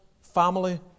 family